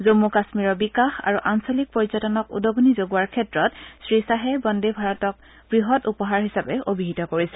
জম্মু কাশ্মীৰৰ বিকাশ আৰু আঞ্চলিক পৰ্যটনক উদগণি যগোৱাৰ ক্ষেত্ৰত শ্ৰীশ্বাহে বন্দে ভাৰতক বৃহৎ উপহাৰ হিচাপে অভিহিত কৰিছে